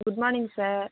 goodmorning sir